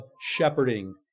shepherding